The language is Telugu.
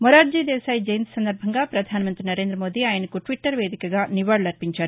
మొరార్షీ దేశాయ్ జయంతి సందర్బంగా ప్రధానమంతి నరేంద్రమోదీ ఆయనకు ట్విట్లర్ వేదికగా నివాళు లర్పించారు